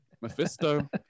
Mephisto